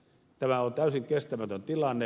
tämä on täysin kestämätön tilanne